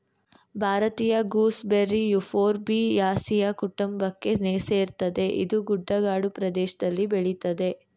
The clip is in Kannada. ಭಾರತೀಯ ಗೂಸ್ ಬೆರ್ರಿ ಯುಫೋರ್ಬಿಯಾಸಿಯ ಕುಟುಂಬಕ್ಕೆ ಸೇರ್ತದೆ ಇದು ಗುಡ್ಡಗಾಡು ಪ್ರದೇಷ್ದಲ್ಲಿ ಬೆಳಿತದೆ